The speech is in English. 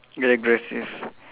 very aggressive